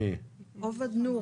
נכון, הוא העורך דין.